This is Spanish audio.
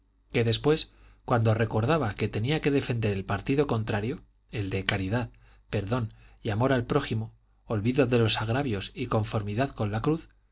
que después cuando recordaba que tenía que defender el partido contrario el de caridad perdón y amor al prójimo olvido de los agravios y conformidad con la cruz